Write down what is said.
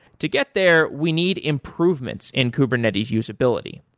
to get there, we need improvements in kubernetes usability.